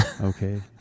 Okay